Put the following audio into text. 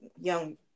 young